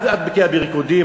את בקיאה בריקודים,